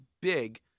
big